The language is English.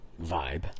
vibe